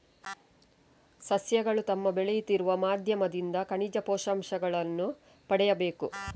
ಸಸ್ಯಗಳು ತಮ್ಮ ಬೆಳೆಯುತ್ತಿರುವ ಮಾಧ್ಯಮದಿಂದ ಖನಿಜ ಪೋಷಕಾಂಶಗಳನ್ನು ಪಡೆಯಬೇಕು